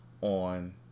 on